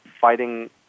fighting